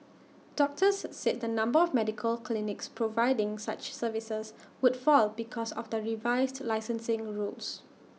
doctors said the number of medical clinics providing such services would fall because of the revised licensing rules